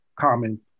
Common